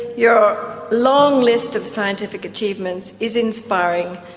your long list of scientific achievements is inspiring,